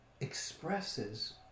expresses